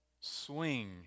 swing